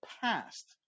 past